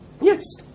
Yes